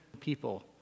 people